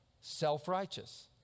self-righteous